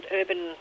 urban